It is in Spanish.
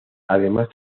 además